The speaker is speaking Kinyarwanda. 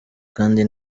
kandi